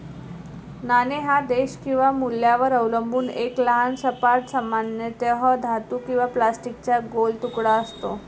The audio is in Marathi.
नाणे हा देश किंवा मूल्यावर अवलंबून एक लहान सपाट, सामान्यतः धातू किंवा प्लास्टिकचा गोल तुकडा असतो